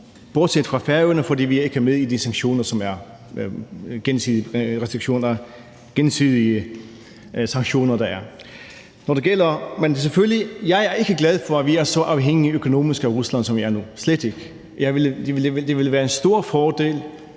bortset fra fra Færøerne, fordi vi ikke er med i de gensidige sanktioner, der er. Men jeg er selvfølgelig ikke glad for, at vi er så økonomisk afhængige af Rusland, som vi er nu – slet ikke. Det ville være en stor fordel